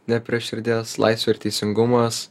ne prie širdies laisvė ir teisingumas